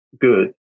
good